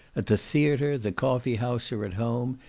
at the theatre, the coffee-house, or at home,